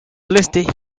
listed